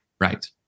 Right